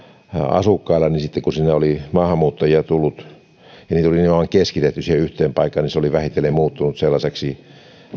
asukkailla niin sitten kun sinne oli maahanmuuttajia tullut ja heitä oli nimenomaan keskitetty siihen yhteen paikkaan niin molemmat paikat olivat vähitellen muuttuneet semmoisiksi